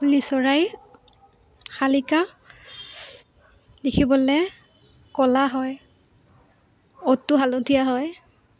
কুলি চৰাইৰ শালিকা দেখিবলৈ ক'লা হয় ওঠটো হালধীয়া হয়